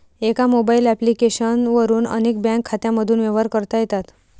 एका mobile application वरून अनेक बँक खात्यांमधून व्यवहार करता येतात